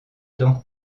donc